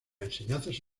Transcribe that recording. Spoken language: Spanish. enseñanzas